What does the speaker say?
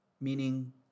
Meaning